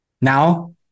Now